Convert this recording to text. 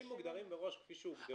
מוגדרים מראש כפי שהוגדרו.